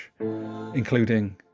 including